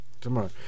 Tomorrow